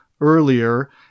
earlier